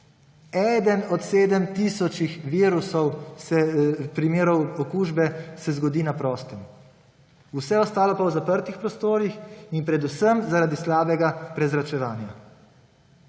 od 7 tisoč primerov okužbe se zgodi na prostem, vse ostalo pa v zaprtih prostorih in predvsem zaradi slabega prezračevanja.